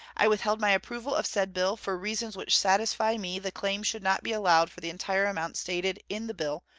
i withheld my approval of said bill for reasons which satisfy me the claim should not be allowed for the entire amount stated in the bill,